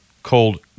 Called